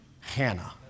Hannah